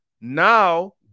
Now